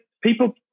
people